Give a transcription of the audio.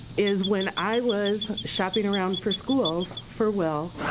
is when i was shopping around for schools for will,